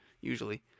usually